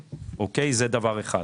וזה דבר אחד.